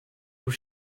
vous